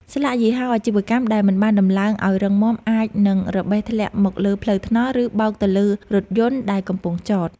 ស្លាកយីហោអាជីវកម្មដែលមិនបានដំឡើងឱ្យរឹងមាំអាចនឹងរបេះធ្លាក់មកលើផ្លូវថ្នល់ ឬបោកទៅលើរថយន្តដែលកំពុងចត។